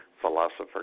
Philosopher